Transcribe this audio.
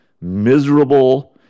miserable